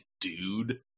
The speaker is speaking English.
dude